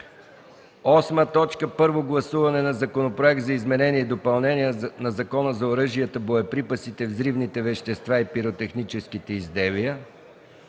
8. Първо гласуване на Законопроекта за изменение и допълнение на Закона за оръжията, боеприпасите, взривните вещества и пиротехническите изделия.